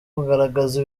kugaragaza